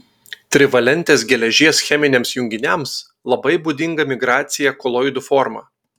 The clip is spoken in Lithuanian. trivalentės geležies cheminiams junginiams labai būdinga migracija koloidų forma